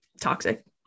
toxic